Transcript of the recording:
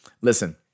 Listen